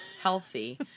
healthy